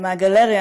בגלריה,